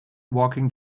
walking